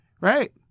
Right